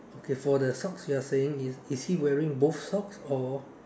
okay for the socks you are saying is he wearing both socks or